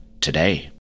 Today